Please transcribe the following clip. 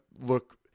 look